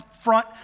front